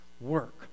work